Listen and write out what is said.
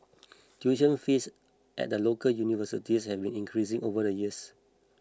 tuition fees at the local universities have been increasing over the years